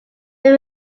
may